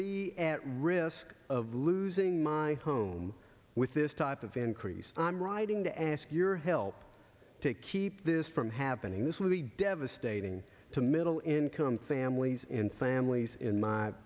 be at risk of losing my home with this type of increase i'm writing to ask your help to keep this from happening this will be devastating to middle income families and families in my